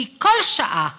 כי כל שעה